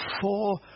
four